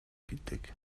гэдэг